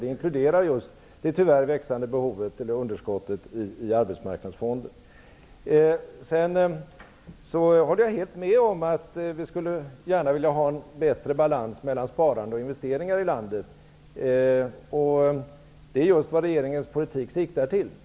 Det inkluderar det tyvärr växande underskottet i Sedan håller jag helt med om att det är önskvärt med en bättre balans mellan sparande och investeringar i landet, och det är just vad regeringens politik siktar till.